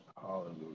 hallelujah